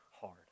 hard